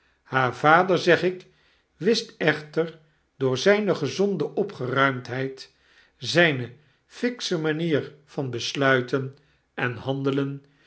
haar vader zeg ik wist echter door zyne gezonde opgeruimdheid zyne fiksche manier van besluiten en handelen